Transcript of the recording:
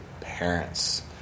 parents